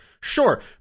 sure